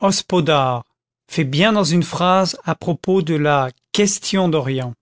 hospodar fait bien dans une phrase à propos de la question d'orient